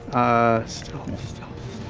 stealth, stealth.